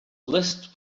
list